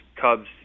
cubs